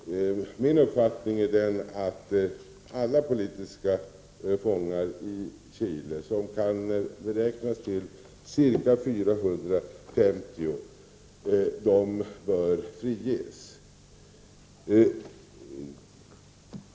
Min uppfattning är att alla politiska fångar i Chile — de kan beräknas till ca 450 — bör friges.